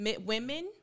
Women